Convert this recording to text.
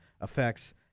affects